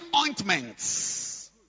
ointments